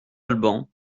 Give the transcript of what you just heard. alban